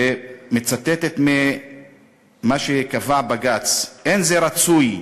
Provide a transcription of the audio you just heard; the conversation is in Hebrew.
ומצטטת ממה שקבע בג"ץ: "אין זה רצוי שחוקי-יסוד,